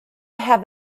have